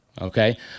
okay